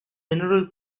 mineral